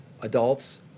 adults